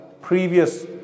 previous